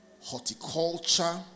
horticulture